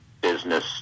business